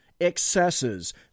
excesses